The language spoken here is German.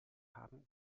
haben